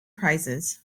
prizes